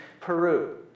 Peru